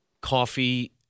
Coffee